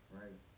right